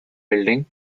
building